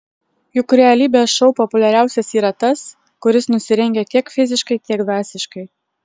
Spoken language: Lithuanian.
juk realybės šou populiariausias yra tas kuris nusirengia tiek fiziškai tiek dvasiškai